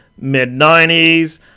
mid-90s